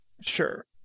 sure